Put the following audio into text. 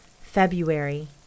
February